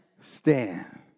Stand